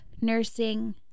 nursing